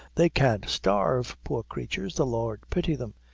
they can't starve, poor cratures the lord pity them!